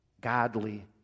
godly